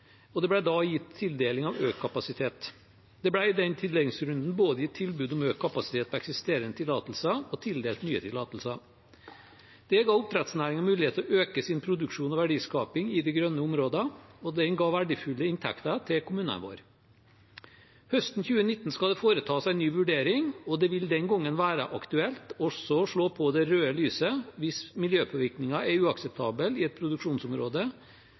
og det ble da tildelt økt kapasitet. Det ble i den tildelingsrunden både gitt tilbud om økt kapasitet på eksisterende tillatelser og tildelt nye tillatelser. Det ga oppdrettsnæringen mulighet til å øke sin produksjon og verdiskaping i de grønne områdene, og det ga verdifulle inntekter til kommunene våre. Høsten 2019 skal det foretas en ny vurdering, og det vil da være aktuelt også å slå på det røde lyset hvis miljøpåvirkningen er uakseptabel i et produksjonsområde,